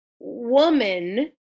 woman